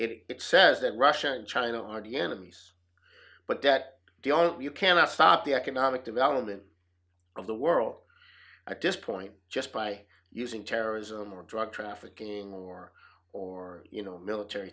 says that russia and china are the enemies but that you cannot stop the economic development of the world i just point just by using terrorism or drug trafficking or or you know military